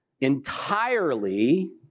entirely